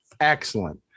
excellent